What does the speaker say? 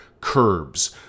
curbs